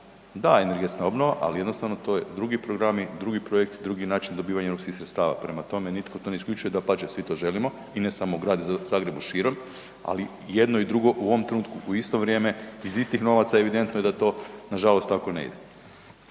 da energetska obnova ali jednostavno to je drugi programi, drugi projekt, drugi način dobivanja europskih sredstava, prema tome nitko to ne isključuje, dapače, svi to želimo i ne samo grad Zagreb nego i šire ali jedno i drugo u ovom trenutku u isto vrijeme, iz istih novaca, evidentno je da to nažalost tako ne ide.